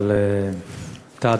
אבל אתה,